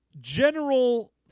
general